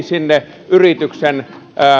sinne yrityksen